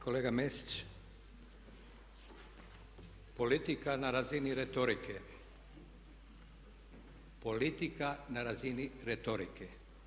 Kolega Mesić, politika na razini retorike, politika na razini retorike.